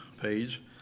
page